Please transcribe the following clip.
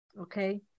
Okay